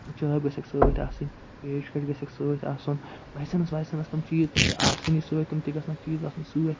چٲبۍ گژھیٚکھ سۭتۍ آسٕنۍ پیش کَش گژھیٚکھ سۭتۍ آسُن لایسیٚنٕس وایسیٚنٕس تِم چیٖز تِم چھِ آسٲنی سۭتۍ تِم تہِ گژھنَکھ چیٖز آسٕنۍ سۭتۍ